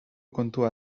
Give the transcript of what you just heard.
kontua